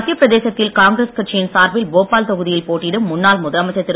மத்தியப் பிரதேசத்தில் காங்கிரஸ் கட்சியின் சார்பில் போபால் தொகுதியில் போட்டியிடும் முன்னாள் முதலமைச்சர் திரு